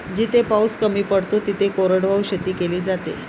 जिथे पाऊस कमी पडतो तिथे कोरडवाहू शेती केली जाते